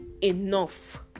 Enough